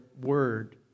word